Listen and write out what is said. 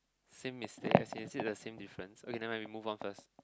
same mistake as in is it the same difference okay never mind we move on first